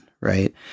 right